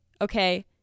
okay